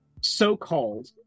so-called